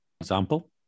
Example